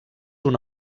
una